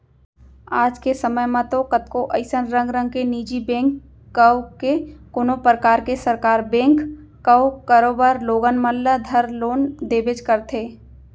आज के समे म तो कतको अइसन रंग रंग के निजी बेंक कव के कोनों परकार के सरकार बेंक कव करोबर लोगन मन ल धर लोन देबेच करथे